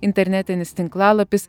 internetinis tinklalapis